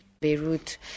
Beirut